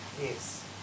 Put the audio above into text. Yes